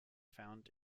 found